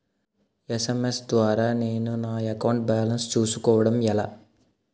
SMS ద్వారా నేను నా అకౌంట్ బాలన్స్ చూసుకోవడం ఎలా?